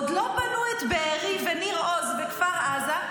עוד לא בנו את בארי וניר עוז וכפר עזה,